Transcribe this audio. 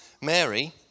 Mary